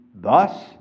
Thus